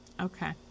okay